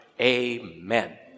Amen